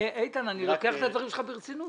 איתן, אני לוקח את הדברים שלך ברצינות.